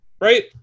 right